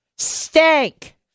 Stank